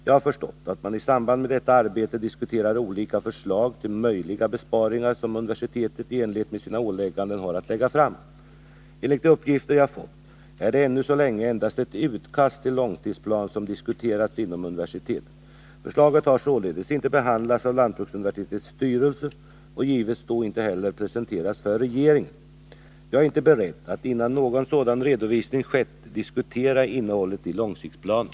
Jag har förstått att man i samband med detta arbete diskuterar olika förslag till möjliga besparingar som universitetet i enlighet med sina åligganden har att lägga fram. Enligt de uppgifter jag fått är det ännu så länge endast ett utkast till långsiktsplan som diskuteras inom universitetet. Förslaget har således inte behandlats av lantbruksuniversitetets styrelse och givetvis då inte heller presenterats för regeringen. Jag är inte beredd att innan någon sådan redovisning skett diskutera innehållet i långsiktsplanen.